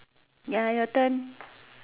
ya your turn